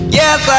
yes